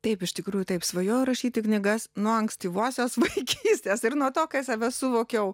taip iš tikrųjų taip svajojau rašyti knygas nuo ankstyvosios vaikystės ir nuo to kai save suvokiau